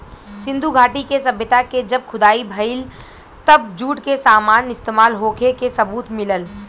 सिंधु घाटी के सभ्यता के जब खुदाई भईल तब जूट के सामान इस्तमाल होखे के सबूत मिलल